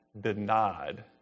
denied